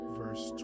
verse